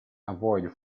avoid